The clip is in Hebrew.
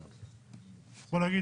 הממשלה.